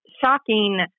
shocking